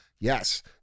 Yes